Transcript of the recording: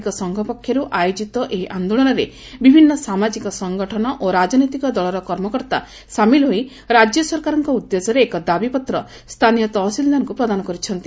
ଦିକ ସଂଘ ପକ୍ଷର୍ ଆୟୋକିତ ଏହି ଆଦୋଳନରେ ବିଭିନ୍ତ ସାମାଜିକ ସଂଗଠନ ଓ ରାଜନୈତିକ ଦଳର କର୍ମକର୍ତା ସାମିଲ ହୋଇ ରାଜ୍ୟ ସରକାରଙ୍କ ଉଦ୍ଦେଶ୍ୟରେ ଏକ ଦାବିପତ୍ର ସ୍ଚାନୀୟ ତହସିଲଦାରଙ୍କୁ ପ୍ରଦାନ କରିଛନ୍ତି